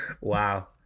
Wow